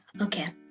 Okay